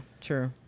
true